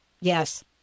yes